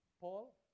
Paul